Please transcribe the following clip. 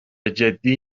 جدی